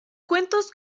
cuentos